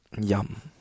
yum